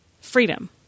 freedom